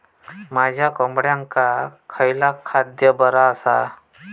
माझ्या कोंबड्यांका खयला खाद्य बरा आसा?